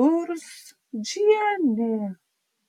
burzdžienė